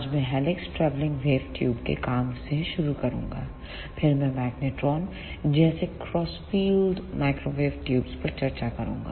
आज मैं helix travelling wave tube के काम से शुरू करूंगा फिर मैं मैग्नेट्रॉन जैसे क्रॉस फील्ड माइक्रोवेव ट्यूब्स पर चर्चा करूंगा